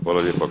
Hvala lijepa.